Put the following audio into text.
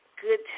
good